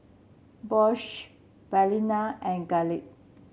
Bosch Balina and Gillette